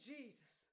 Jesus